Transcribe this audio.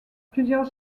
plusieurs